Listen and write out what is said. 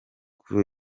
kuri